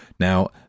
Now